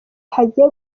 hagiye